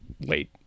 late